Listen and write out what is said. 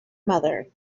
mother